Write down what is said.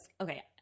okay